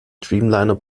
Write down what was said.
dreamliner